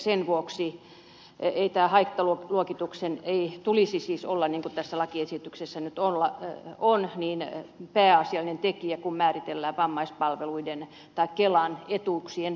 sen vuoksi ei tämän haittaluokituksen tulisi siis olla niin kuin tässä lakiesityksessä nyt on pääasiallinen tekijä kun määritellään vammaispalveluiden tai kelan etuuksien tarvetta